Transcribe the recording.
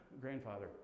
Grandfather